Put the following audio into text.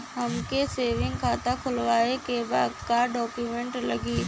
हमके सेविंग खाता खोलवावे के बा का डॉक्यूमेंट लागी?